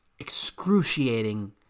excruciating